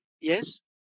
Yes